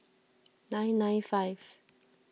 nine nine five